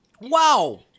Wow